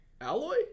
Alloy